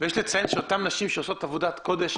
יש לציין שאותן נשים שעושות עבודות קודש,